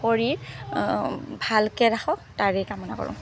শৰীৰ ভালকৈ ৰাখক তাৰে কামনা কৰোঁ